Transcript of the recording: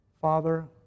Father